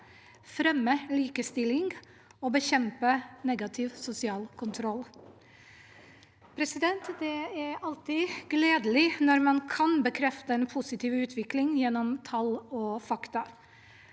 fremme likestilling og bekjempe negativ sosial kontroll. Det er alltid gledelig når man kan bekrefte en positiv utvikling gjennom tall og fakta.